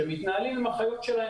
אנשים אלו מתנהלים עם חיות הבית שלהם